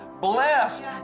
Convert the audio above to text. blessed